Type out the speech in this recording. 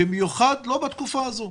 ובמיוחד לא בתקופה הזו.